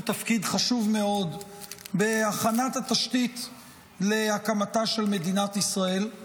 תפקיד חשוב מאוד בהכנת התשתית להקמתה של מדינת ישראל.